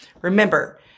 Remember